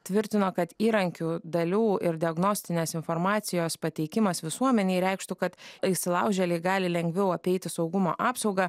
tvirtino kad įrankių dalių ir diagnostinės informacijos pateikimas visuomenei reikštų kad įsilaužėliai gali lengviau apeiti saugumo apsaugą